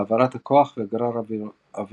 העברת הכוח וגרר אווירודינמי.